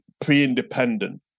pre-independent